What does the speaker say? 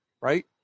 right